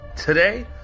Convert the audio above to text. Today